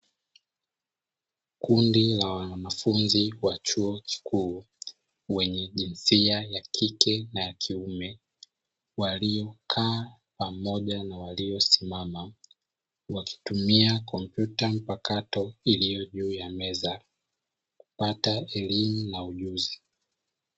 Kundi la wanafunzi wa chuo kikuu wenye jinsia ya kike na ya kiume, waliokaa pamoja na walio simama wakitumia kompyuta mpakato iliyo juu ya meza kupata elimu na ujuzi.